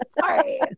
Sorry